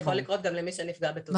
זה יכול לקרות גם למי שנפגע בתאונת דרכים.